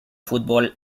fútbol